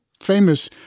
famous